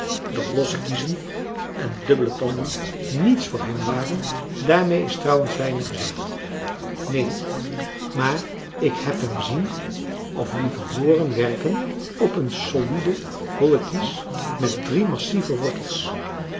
dat losse kiezen en dubbele tanden niets voor hem waren daarmee is trouwens weinig gezegd neen maar ik heb hem zien of liever hooren werken op een solide holle kies met drie massieve wortels